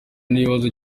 n’ikibazo